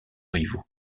rivaux